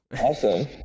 Awesome